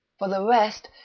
for the rest,